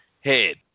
head